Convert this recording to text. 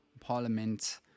parliament